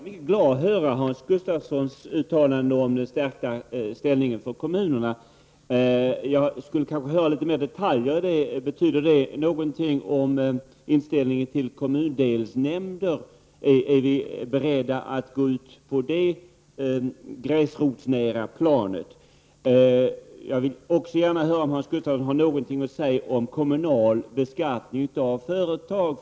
Herr talman! Jag blev mycket glad över att höra Hans Gustafssons uttalande om den stärkta ställningen för kommunerna. Jag skulle kanske vilja höra litet mer om detaljerna. Betyder det någonting med avseende på inställningen till kommundelsnämnder? Är ni beredda att gå ut på det gräsrotsnära planet? Jag vill också gärna höra om Hans Gustafsson har någonting att säga om kommunal beskattning av företag.